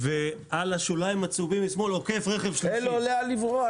ועל השוליים הצהובים משמאל עוקף רכב שטחים --- אין לו לאן לברוח.